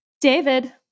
David